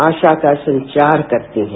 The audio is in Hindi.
आशा का संचार करती हैं